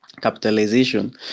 capitalization